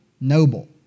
noble